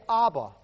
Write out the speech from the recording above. Abba